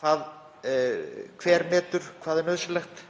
Hver metur hvað er nauðsynlegt?